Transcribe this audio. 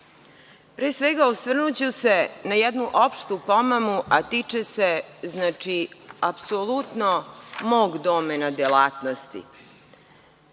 svega, osvrnuću se na jednu opštu pomamu, a tiče se apsolutno mog domena delatnosti.